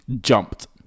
jumped